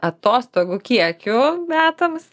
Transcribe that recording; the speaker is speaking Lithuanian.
atostogų kiekiu metams